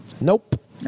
Nope